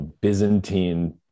Byzantine